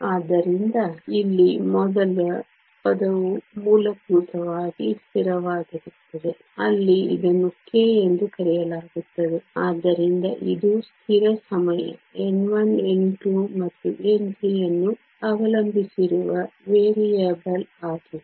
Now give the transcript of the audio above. ಆದ್ದರಿಂದ ಇಲ್ಲಿ ಮೊದಲ ಪದವು ಮೂಲಭೂತವಾಗಿ ಸ್ಥಿರವಾಗಿರುತ್ತದೆ ಅಲ್ಲಿ ಇದನ್ನು k ಎಂದು ಕರೆಯಲಾಗುತ್ತದೆ ಆದ್ದರಿಂದ ಇದು ಸ್ಥಿರ ಸಮಯ n1 n2 ಮತ್ತು n3 ಅನ್ನು ಅವಲಂಬಿಸಿರುವ ವೇರಿಯಬಲ್ ಆಗಿದೆ